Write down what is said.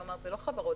כלומר, זה לא חברות.